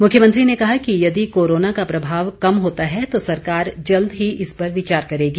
मुख्यमंत्री ने कहा कि यदि कोरोना का प्रभाव कम होता है तो सरकार जल्द ही इस पर विचार करेगी